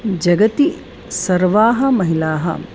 जगति सर्वाः महिलाः